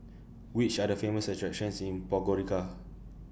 Which Are The Famous attractions in Podgorica